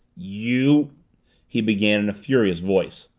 you he began in a furious voice.